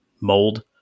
mold